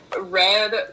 red